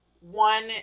One